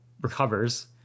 recovers